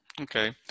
okay